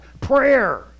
Prayer